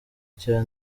cya